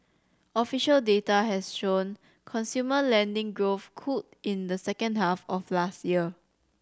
official data has shown consumer lending growth cooled in the second half of last year